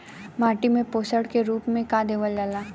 माटी में पोषण के रूप में का देवल जाला?